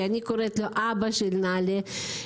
שאני קוראת לו אבא של נעל"ה.